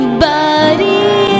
buddy